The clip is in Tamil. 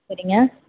சரிங்க